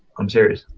i'm serious.